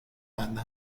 بنده